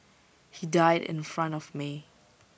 he died in front of me